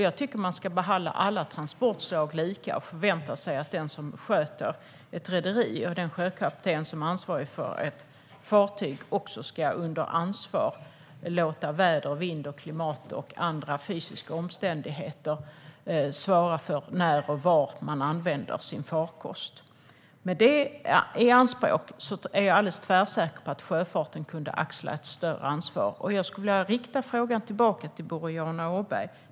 Jag tycker att man ska behandla alla transportslag lika och förvänta sig att den som sköter ett rederi och den sjökapten som är ansvarig för ett fartyg också ska ansvara för att låta väder, vind, klimat och andra fysiska omständigheter avgöra när och var man använder sin farkost. Jag är alldeles tvärsäker på att sjöfarten skulle kunna axla ett större ansvar. Jag skulle vilja rikta frågan tillbaka till Boriana Åberg.